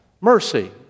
Mercy